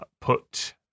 put